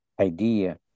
idea